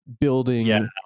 building